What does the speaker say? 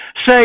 say